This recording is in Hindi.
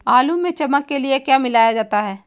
आलू में चमक के लिए क्या मिलाया जाता है?